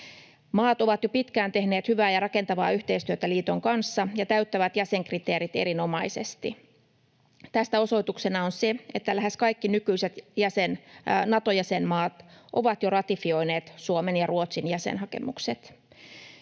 Maat ovat jo pitkään tehneet hyvää ja rakentavaa yhteistyötä liiton kanssa ja täyttävät jäsenkriteerit erinomaisesti. Tästä osoituksena on se, että lähes kaikki nykyiset Nato-jäsenmaat ovat jo ratifioineet Suomen ja Ruotsin jäsenhakemukset.